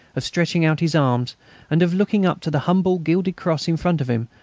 of stretching out his arms and of looking up to the humble gilded cross in front of him,